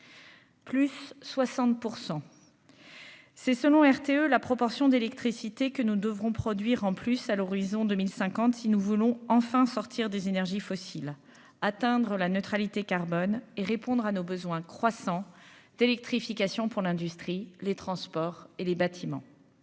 % c'est selon RTE, la proportion d'électricité que nous devrons produire en plus à l'horizon 2050 si nous voulons enfin sortir des énergies fossiles, atteindre la neutralité carbone et répondre à nos besoins croissants. électrification pour l'industrie, les transports et les bâtiments.